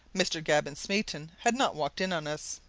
mr. gavin smeaton had not walked in on us.